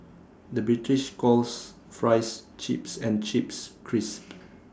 the British calls Fries Chips and Chips Crisps